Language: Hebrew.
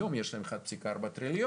היום יש להם 1.4 טריליון,